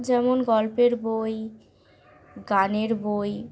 যেমন গল্পের বই গানের বই